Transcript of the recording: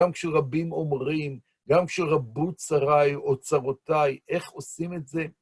גם כשרבים אומרים, גם כשרבו צריי או צרותיי, איך עושים את זה?